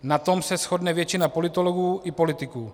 Na tom se shodne většina politologů i politiků.